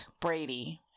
Brady